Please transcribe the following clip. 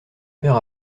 père